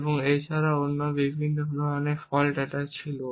এবং এছাড়াও অন্যান্য বিভিন্ন ধরনের ফল্ট অ্যাটাক ছিল